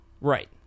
Right